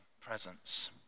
presence